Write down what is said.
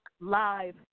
live